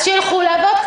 אז שילכו לעבוד.